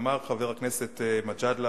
אמר חבר הכנסת מג'אדלה